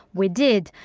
we did.